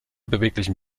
beweglichen